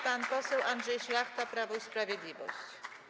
Pan poseł Andrzej Szlachta, Prawo i Sprawiedliwość.